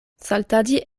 saltadi